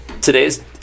today's